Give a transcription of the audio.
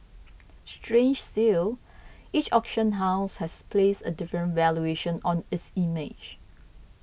strange still each auction house has placed a different valuation on its image